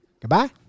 Goodbye